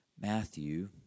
Matthew